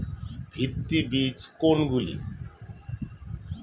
ভিত্তি বীজ কোনগুলি?